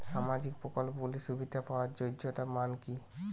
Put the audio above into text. সামাজিক প্রকল্পগুলি সুবিধা পাওয়ার যোগ্যতা মান কি?